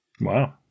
Wow